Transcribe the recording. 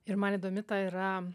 ir man įdomi ta yra